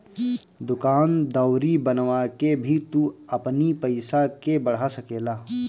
दूकान दौरी बनवा के भी तू अपनी पईसा के बढ़ा सकेला